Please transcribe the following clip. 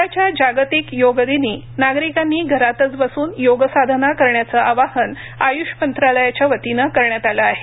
यंदाच्या जागतिक योग दिनी नागरिकांनी घरातच बसून योगसाधना करण्याचं आवाहन आय्ष मंत्रालयाच्या वतीनं करण्यात आलं आहे